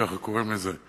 כך קוראים לזה,